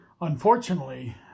unfortunately